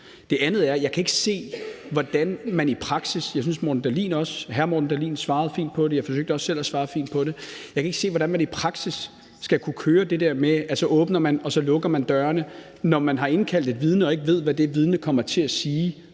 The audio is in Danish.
det andet kan jeg ikke se, hvordan man i praksis – jeg synes, at hr. Morten Dahlin svarede fint på det; jeg forsøgte også selv at svare fint på det – skal kunne køre det der med, at man først åbner og så lukker dørene, altså det her med, at man har indkaldt et vidne og ikke ved, hvad det vidne kommer til at sige,